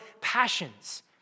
passions